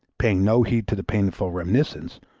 paying no heed to the painful reminiscence,